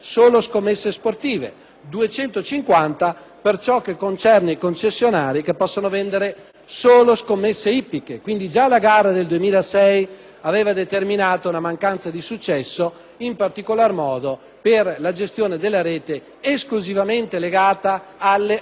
sportive; 250 concessionari che possono vendere solo scommesse ippiche. Già la gara del 2006, dunque, aveva determinato una mancanza di successo in particolar modo per la gestione della rete esclusivamente legata alle agenzie ippiche.